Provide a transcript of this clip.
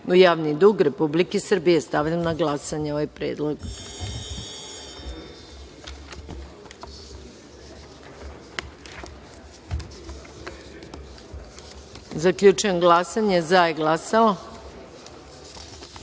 u javni dug Republike Srbije. Stavljam na glasanje ovaj predlog. Zaključujem glasanje i saopštavam: